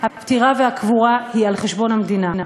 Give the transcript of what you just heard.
הפטירה והקבורה היא על חשבון המדינה.